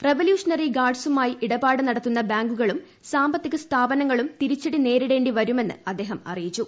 revolutionary ഗാർഡ്സുമായി ഇടപാട് നടത്തുന്ന ബാങ്കുകളും സാമ്പത്തിക സ്ഥാനപങ്ങളും തിരിച്ചടി നേരിടേണ്ടി വരുമെന്ന് അദ്ദേഹം അറിയിച്ചു